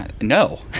No